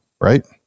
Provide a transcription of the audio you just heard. right